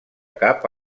cap